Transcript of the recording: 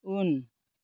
उन